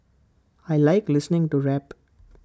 I Like listening to rap